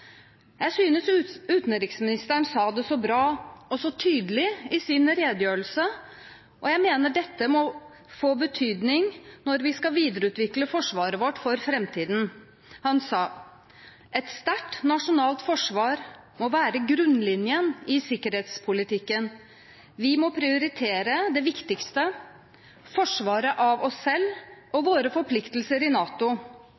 Jeg synes utenriksministeren sa det så bra og så tydelig i sin redegjørelse, og jeg mener dette må få betydning når vi skal videreutvikle forsvaret vårt for framtiden. Han sa: «Et sterkt nasjonalt forsvar må være grunnlinjen i sikkerhetspolitikken. Vi må prioritere det viktigste; forsvaret av oss selv og